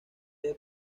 debe